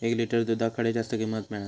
एक लिटर दूधाक खडे जास्त किंमत मिळात?